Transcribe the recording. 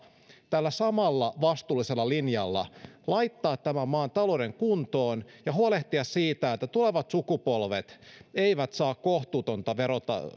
tällä samalla vastuullisella linjalla laittaa tämän maan talouden kuntoon ja huolehtia siitä että tulevat sukupolvet eivät saa kohtuutonta